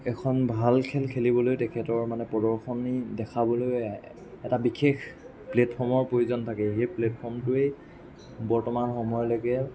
এখন ভাল খেল খেলিবলৈ তেখেতৰ মানে প্ৰদৰ্শনী দেখাবলৈ এটা বিশেষ প্লেটফৰ্মৰ প্ৰয়োজন থাকে সেই প্লেটফৰ্মটোৱে বৰ্তমান সময়লৈকে